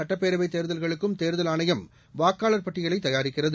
சட்டப்பேரவை தேர்தல்களுக்கும் தேர்தல் ஆணையம் வாக்காளர் பட்டியலை தயாரிக்கிறது